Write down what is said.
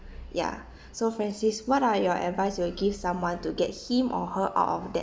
ya so francis what are your advice you will give someone to get him or her out of debt